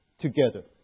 together